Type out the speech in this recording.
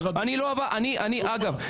אגב,